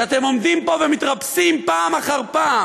שאתם עומדים פה ומתרפסים פעם אחר פעם